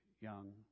young